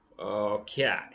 Okay